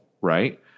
right